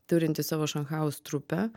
turinti savo šanchajaus trupę